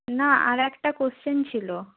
না আর একটা কোশ্চেন ছিলো